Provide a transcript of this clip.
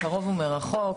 מקרוב ומרחוק,